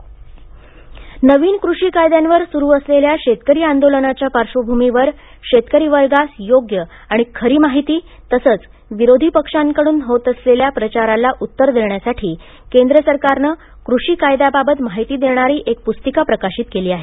कृषी नवीन कृषी कायद्यांवर सुरु असलेल्या शेतकरी आंदोलनाच्या पार्श्वभूमीवर शेतकरी वर्गास योग्य आणि खरी माहिती तसेच विरोधी पक्षाकडून होत असलेल्या प्रचाराला उत्तर देण्यासाठी केंद्र सरकारने कृषी कायद्याबाबत माहिती देणारी एक पुस्तिका प्रकाशित केली आहे